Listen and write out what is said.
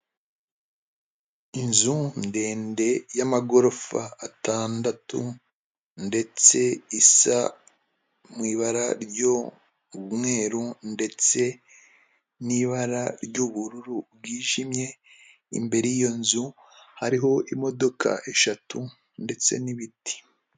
Inzu ndende y'amagorofa atandatu ndetse isa mu ibara ry'umweru ndetse n'ibara ry'ubururu bwijimye, imbere y'iyo nzu hariho imodoka eshatu ndetse n'ibiti.